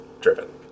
driven